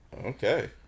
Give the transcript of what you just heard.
Okay